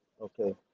Okay